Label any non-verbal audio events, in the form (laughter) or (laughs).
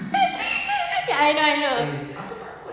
(laughs) ya I know I know